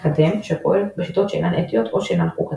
מקדם שפועל בשיטות שאינן אתיות או שאינן חוקיות.